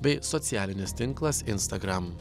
bei socialinis tinklas instagram